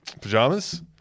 pajamas